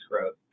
growth